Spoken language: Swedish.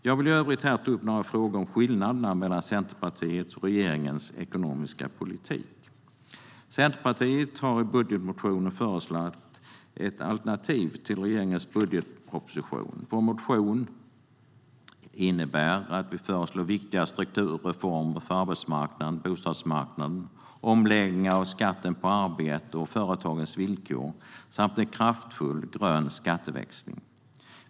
Jag vill i övrigt här ta upp några frågor som rör skillnaderna mellan Centerpartiets och regeringens ekonomiska politik. Centerpartiet har i budgetmotionen föreslagit ett alternativ till regeringens budgetproposition. I vår motion föreslår vi viktiga strukturreformer för arbetsmarknaden och bostadsmarknaden, omläggningar av skatten på arbete och företagens villkor samt en kraftfull grön skatteväxling.